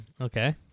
Okay